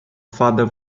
father